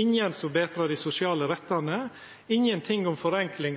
ingen som betrar dei sosiale rettane, ingenting om forenkling